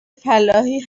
فلاحی